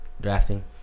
drafting